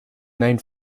named